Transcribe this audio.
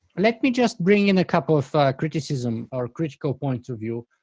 let me just bring in a couple of criticisms or critical points of view.